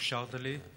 שאפשרת לי.